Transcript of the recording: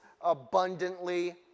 abundantly